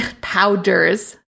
powders